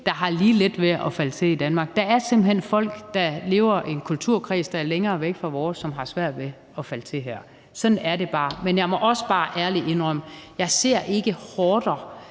der har lige let ved at falde til i Danmark. Der er simpelt hen folk, der lever i en kulturkreds, der er længere væk fra vores, og som har svært ved at falde til her. Sådan er det bare. Men jeg må også bare ærligt indrømme, at jeg ikke ser